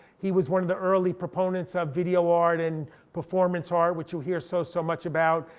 he was one of the early opponents of video art, and performance art, which you'll hear so so much about,